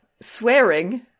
Swearing